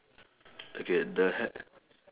okay the ha~